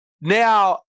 now